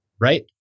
right